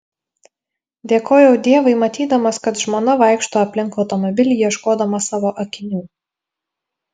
dėkojau dievui matydamas kad žmona vaikšto aplink automobilį ieškodama savo akinių